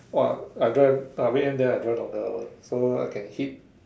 !wah! I drive weekend then I drive longer hours so I can hit